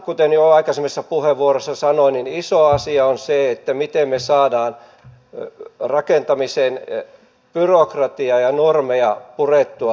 kuten jo aikaisemmassa puheenvuorossa sanoin iso asia on se miten me saamme rakentamisen byrokratiaa ja normeja purettua